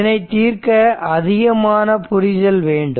இதனை தீர்க்க அதிகமான புரிதல் வேண்டும்